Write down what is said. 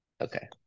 Okay